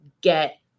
get